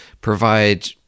provide